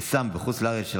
לסם בחוץ לארץ),